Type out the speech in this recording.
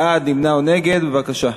בעד, נמנע או נגד, בבקשה.